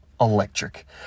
electric